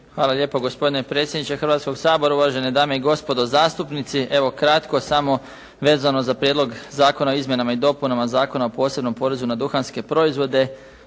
Hvala lijepo gospodine predsjedniče Hrvatskog sabora, uvažene dame i gospodo zastupnici. Evo kratko samo vezano za Prijedlog zakona o izmjenama i dopunama Zakona o posebnom porezu na duhanske proizvode.